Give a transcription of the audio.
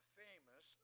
famous